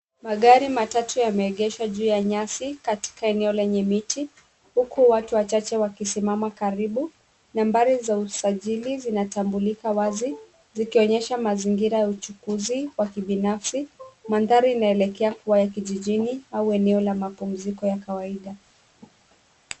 Magari matatu yameegeshwa juu ya nyasi katika eneo lenye miti huku watu wachache wakisimama karibu. Nambari za usajili zinatambulika wazi zikionyesha mazingira ya uchukuzi wa kibinafsi. Mandhari inaelekea kuwa ya kijijini au eneo la mapumziko ya kawaida.